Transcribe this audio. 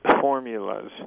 formulas